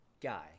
Guy